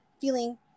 feeling